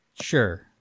Sure